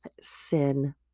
sin